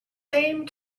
same